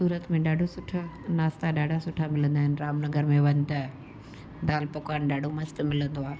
सूरत में ॾाढो सुठो नाश्ता ॾाढा सुठा मिलंदा आहिनि रामनगर में वञु त दाल पकवान ॾाढो मस्तु मिलंदो आहे